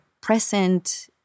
present